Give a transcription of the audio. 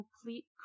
complete